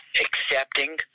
accepting